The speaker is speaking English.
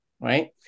right